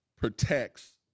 protects